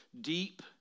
deep